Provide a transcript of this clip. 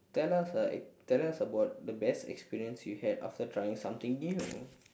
tell us like tell us about the best experience you had after trying something new